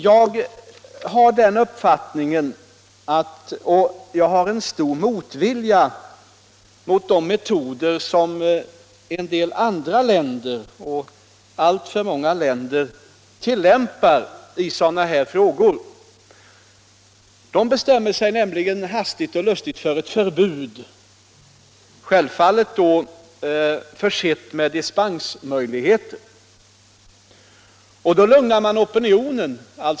Jag har stor motvilja mot de metoder som en del andra länder, alltför många länder, tillämpar i sådana här frågor. De bestämmer sig nämligen hastigt och lustigt för ett förbud, självfallet försett med dispensmöjligheter. På det sättet lugnar man opinionen.